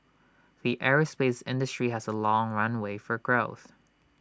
the aerospace industry has A long runway for growth